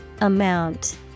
Amount